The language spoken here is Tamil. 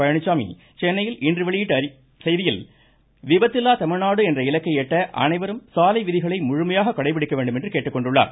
பழனிச்சாமி சென்னையில் இன்று வெளியிட்ட செய்தியில் விபத்தில்லா தமிழ்நாடு என்ற இலக்கை எட்ட அனைவரும் சாலை விதிகளை முழுமையாக கடைபிடிக்க வேண்டும் என கேட்டுக்கொண்டுள்ளார்